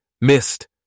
Missed